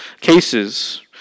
cases